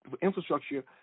infrastructure